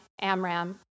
Amram